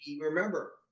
remember